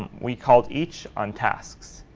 we called each on tasks.